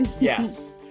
Yes